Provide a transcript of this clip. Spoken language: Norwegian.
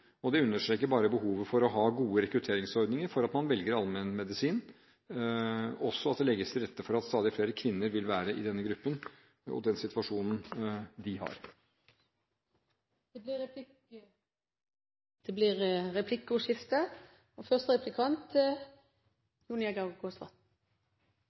og det understreker bare behovet for å ha gode rekrutteringsordninger for allmennmedisin, og at det legges til rette for at stadig flere kvinner vil være i denne gruppen. Det blir replikkordskifte.